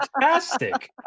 fantastic